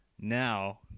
Now